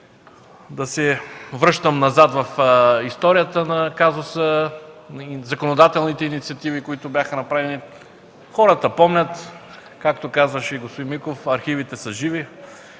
да се връщам назад в историята на казуса и законодателните инициативи, които бяха направени. Хората помнят. Както казваше и господин Миков, архивите са живи.